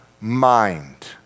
mind